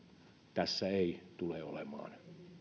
tässä ei tule olemaan